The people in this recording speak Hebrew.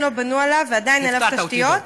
לא בנו עליו ועדיין אין עליו תשתיות,